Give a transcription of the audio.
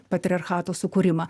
patriarchato sukūrimą